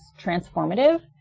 transformative